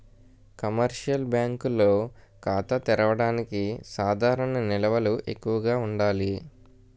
commercial బ్యాంకుల్లో ఖాతా తెరవడానికి సాధారణ నిల్వలు ఎక్కువగా ఉండాలి